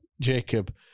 Jacob